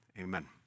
Amen